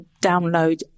download